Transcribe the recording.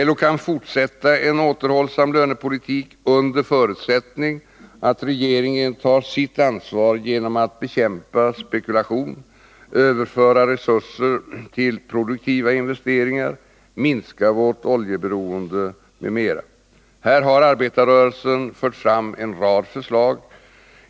LO kan fortsätta en återhållsam lönepolitik, under förutsättning att regeringen tar sitt ansvar genom att bekämpa spekulation, överföra resurser till produktiva investeringar, minska vårt oljeberoende m.m. Här har arbetarrörelsen fört fram en rad förslag.